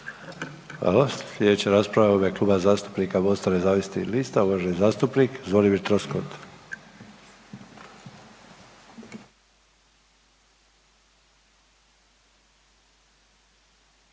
Hvala. Sljedeća rasprava u ime Kluba zastupnika Mosta nezavisnih lista uvaženi zastupnik Zvonimir Troskot.